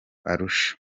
arusha